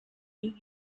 new